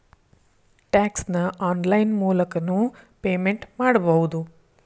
tax ನ online ಮೂಲಕನೂ payment ಮಾಡಬೌದು